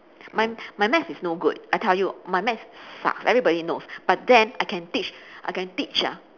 my my maths is no good I tell you my maths sucks everybody knows but then I can teach I can teach ah